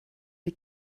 die